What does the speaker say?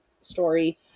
story